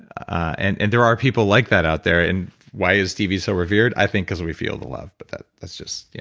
and and there are people like that out there. and why is stevie so revered? i think cause we feel the love. but that's just,